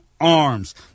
arms